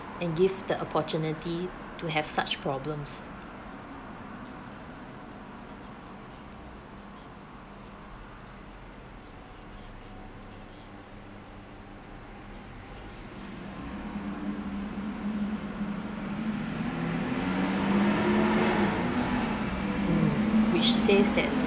and give the opportunity to have such problems mm which says that